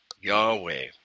Yahweh